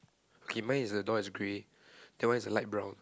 okay mine is the door is grey that one is light brown